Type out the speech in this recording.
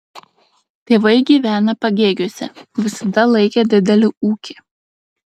tėvai gyvena pagėgiuose visada laikė didelį ūkį